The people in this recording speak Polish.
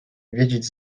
wiedzieć